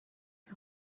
you